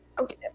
Okay